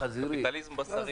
חזירי.